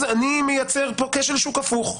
אז אני מייצר פה כשל שוק הפוך.